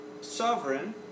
sovereign